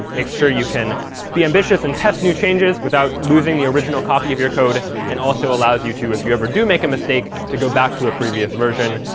makes sure you can be ambitious and test new changes without losing the original copy of your code, and also allows you to, if you ever do make a mistake, to go back to a previous version.